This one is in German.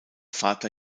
vater